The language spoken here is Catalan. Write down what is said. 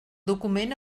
document